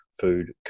Food